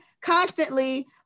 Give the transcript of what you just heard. constantly